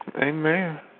Amen